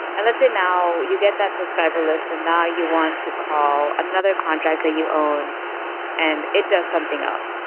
and let's say, now, you get that subscriber list and now you want to call another contract that you own and it does something else.